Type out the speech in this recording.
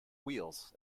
wheels